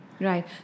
Right